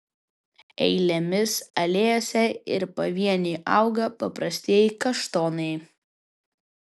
eilėmis alėjose ir pavieniui auga paprastieji kaštonai